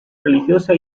religiosa